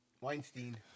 Weinstein